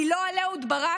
היא לא על אהוד ברק,